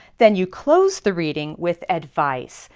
then you close the reading with advice.